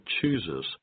chooses